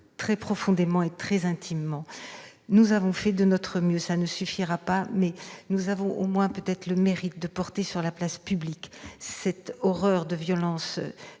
tout, profondément et intimement. Nous avons fait de notre mieux. Cela ne suffira pas, mais nous avons au moins le mérite de porter sur la place publique l'horreur des violences